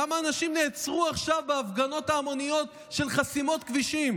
כמה אנשים נעצרו עכשיו בהפגנות ההמוניות של חסימות כבישים?